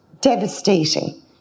devastating